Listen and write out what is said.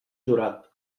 jurat